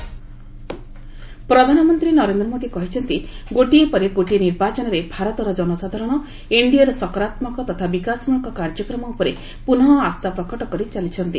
PM poll result ପ୍ରଧାନମନ୍ତ୍ରୀ ନରେନ୍ଦ୍ର ମୋଦି କହିଛନ୍ତି ଗୋଟିଏ ପରେ ଗୋଟିଏ ନିର୍ବାଚନରେ ଭାରତର ଜନସାଧାରଣ ଏନ୍ଡିଏ ର ସକାରାତ୍ମକ ତଥା ବିକାଶ ମୂଳକ କାର୍ଯ୍ୟକ୍ରମ ଉପରେ ପୁନଃଆସ୍ଥା ପ୍ରକଟ କରି ଚାଲିଛନ୍ତି